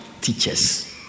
teachers